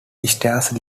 stairs